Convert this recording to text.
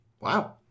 Wow